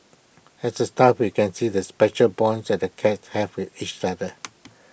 as A staff we can see the special bonds that the cats have with each other